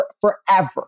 forever